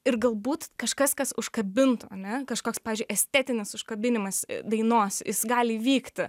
ir galbūt kažkas kas užkabintų ane kažkoks pavyzdžiui estetinis užkabinimas dainos gali įvykti